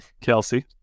Kelsey